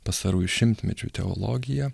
pastarųjų šimtmečių teologiją